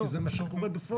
כי זה מה שקורה בפועל.